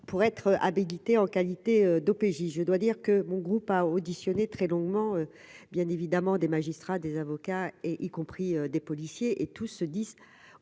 pour être habilité en qualité d'OPJ, je dois dire. Que mon groupe a auditionné très longuement, bien évidemment, des magistrats, des avocats et y compris des policiers et tout se disent